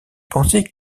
pensait